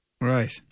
Right